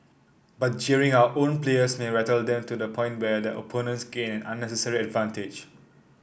but jeering our own players may rattle them to the point where their opponents gain an unnecessary advantage